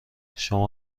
شما